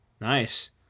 Nice